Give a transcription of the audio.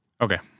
Okay